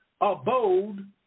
abode